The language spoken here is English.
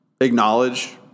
acknowledge